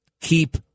keep